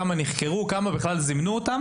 כמה נחקרו וכמה זומנו.